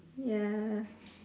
ya